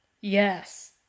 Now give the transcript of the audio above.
Yes